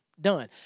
Done